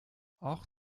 auch